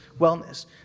wellness